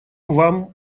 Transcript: вам